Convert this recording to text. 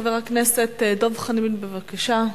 חבר הכנסת דב חנין, בבקשה.